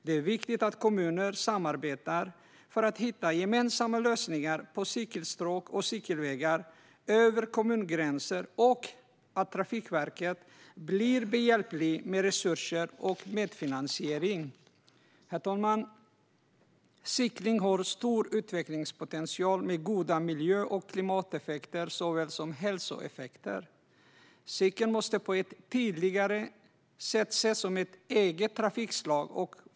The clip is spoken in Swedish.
Det är viktigt att kommuner samarbetar för att hitta gemensamma lösningar för cykelstråk och cykelvägar över kommungränser och att Trafikverket blir behjälpligt med resurser och medfinansiering. Herr talman! Cykling har stor utvecklingspotential med såväl goda miljö och klimateffekter som goda hälsoeffekter. Cykeln måste på ett tydligare sätt ses som ett eget trafikslag.